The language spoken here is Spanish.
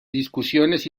discusiones